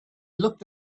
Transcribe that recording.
looked